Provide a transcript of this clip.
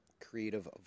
creative